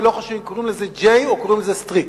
ולא חשוב אם קוראים לזה J או קוראים לזה Street.